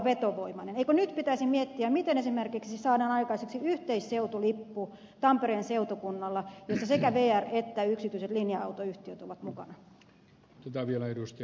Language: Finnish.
eikö nyt pitäisi miettiä miten esimerkiksi saadaan aikaiseksi yhteisseutulippu tampereen seutukunnalla jossa sekä vr että yksityiset linja autoyhtiöt ovat mukana